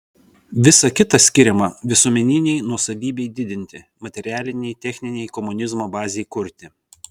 visa kita skiriama visuomeninei nuosavybei didinti materialinei techninei komunizmo bazei kurti